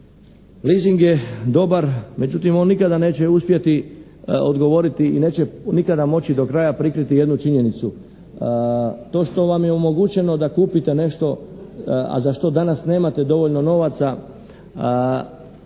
leasing je dobar. Međutim, on nikada neće uspjeti odgovoriti i neće nikada moći do kraja prikriti jednu činjenicu. To što vam je omogućeno da kupite nešto, a za što danas nemate dovoljno novaca